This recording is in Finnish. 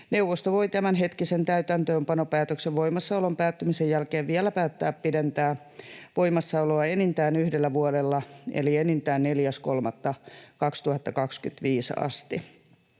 Neuvosto voi tämänhetkisen täytäntöönpanopäätöksen voimassaolon päättymisen jälkeen vielä päättää pidentää voimassaoloa enintään yhdellä vuodella eli enintään 4.3.2025 asti.